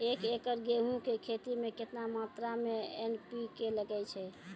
एक एकरऽ गेहूँ के खेती मे केतना मात्रा मे एन.पी.के लगे छै?